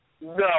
No